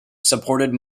supported